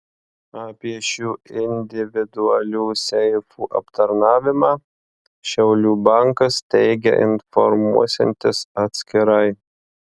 apie šių individualių seifų aptarnavimą šiaulių bankas teigia informuosiantis atskirai